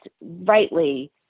rightly